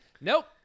nope